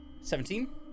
seventeen